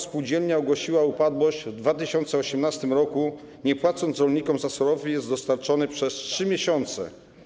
Spółdzielnia ta ogłosiła upadłość w 2018 r., nie zapłaciła rolnikom za surowiec dostarczany przez 3 miesiące.